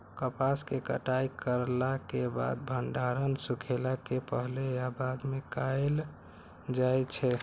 कपास के कटाई करला के बाद भंडारण सुखेला के पहले या बाद में कायल जाय छै?